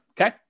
okay